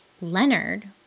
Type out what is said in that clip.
Leonard